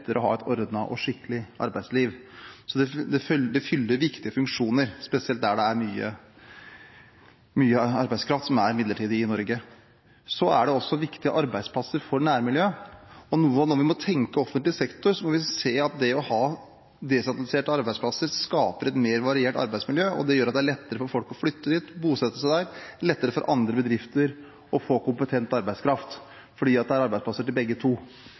mye arbeidskraft som er midlertidig i Norge. Det er også viktige arbeidsplasser for nærmiljøet. Noe vi må tenke på innen offentlig sektor, er at desentraliserte arbeidsplasser skaper et mer variert arbeidsmiljø og gjør at det er lettere for folk å flytte dit og bosette seg der, og at det er lettere for andre bedrifter å få kompetent arbeidskraft fordi det er arbeidsplasser til begge.